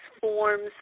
forms